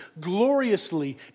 gloriously